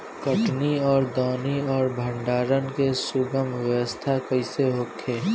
कटनी और दौनी और भंडारण के सुगम व्यवस्था कईसे होखे?